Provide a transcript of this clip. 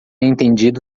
entendido